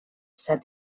said